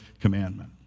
commandment